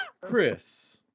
Chris